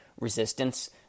resistance